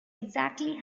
exactly